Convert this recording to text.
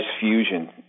fusion